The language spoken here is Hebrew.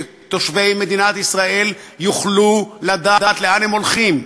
שתושבי מדינת ישראל יוכלו לדעת לאן הם הולכים.